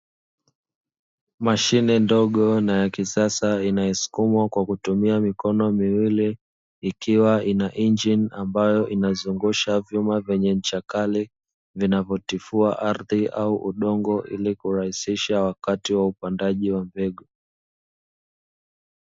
Mashine ndogo na ya kisasa inayosukumwa kwa kutumia mikono miwili, ikiwa ina injini ambayo inazungusha vyuma vyenye ncha kali vinavyotifua ardhi au udongo ili kurahisisha wakati wa upandaji wa mbegu.